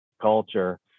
culture